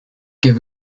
give